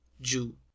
Jew